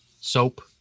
soap